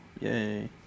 Yay